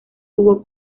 tubo